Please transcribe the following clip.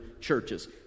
churches